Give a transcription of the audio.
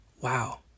wow